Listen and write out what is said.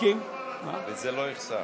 וזה לא יחסר.